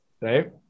right